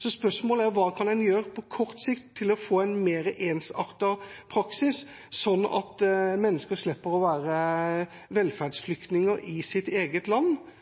Så spørsmålet er hva kan en gjøre på kort sikt for å få en mer ensartet praksis, slik at mennesker slipper å være velferdsflyktninger i sitt eget land